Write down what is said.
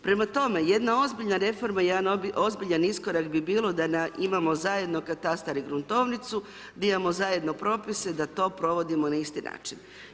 Prema tome, jedna ozbiljna reforma i jedan ozbiljan iskorak bi bilo da imamo zajedno katastar i gruntovnicu, da imamo zajedno propise, da to provodimo na isti način.